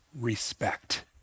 respect